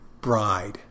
bride